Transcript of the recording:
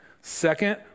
Second